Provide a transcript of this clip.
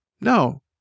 No